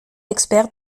expert